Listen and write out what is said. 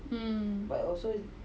mm